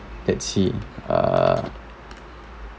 let's see err